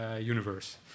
universe